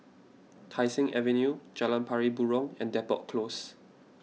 Tai Seng Avenue Jalan Pari Burong and Depot Close